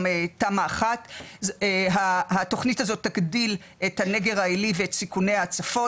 גם תמ"א 1. התכנית הזאת תגדיל את הנגר העילי ואת סיכוני ההצפות,